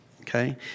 Okay